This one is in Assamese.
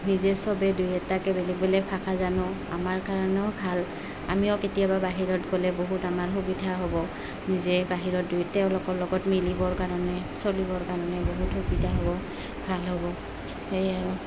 নিজে চবে দুই এটাকে বেলেগ বেলেগ ভাষা জানো আমাৰ কাৰণেও ভাল আমিও কেতিয়াবা বাহিৰত গ'লে বহুত আমাৰ সুবিধা হ'ব নিজেই বাহিৰত দুই তেওঁলোকৰ লগত মিলিবৰ কাৰণে চলিবৰ কাৰণে বহুত সুবিধা হ'ব ভাল হ'ব সেই আৰু